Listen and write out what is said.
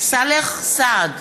סאלח סעד,